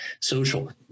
social